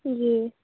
جی